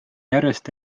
järjest